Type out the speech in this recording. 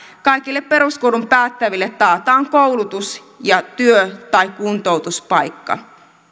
kaikille peruskoulun päättäville taataan koulutus työ tai kuntoutuspaikka